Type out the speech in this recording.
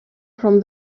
from